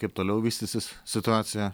kaip toliau vystysis situacija